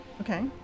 Okay